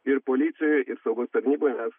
ir policijoj ir saugos tarnyboj mes